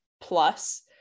plus